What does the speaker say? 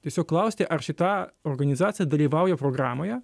tiesiog klausti ar šita organizacija dalyvauja programoje